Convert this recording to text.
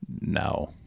No